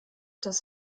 dass